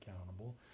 accountable